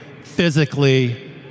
physically